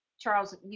Charles